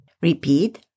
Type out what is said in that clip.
Repeat